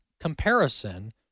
comparison